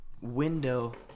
Window